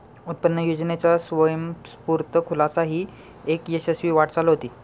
उत्पन्न योजनेचा स्वयंस्फूर्त खुलासा ही एक यशस्वी वाटचाल होती